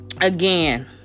again